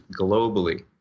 globally